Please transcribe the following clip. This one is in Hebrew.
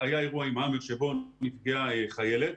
היה אירוע עם האמר שבו נפגעה חיילת